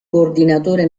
coordinatore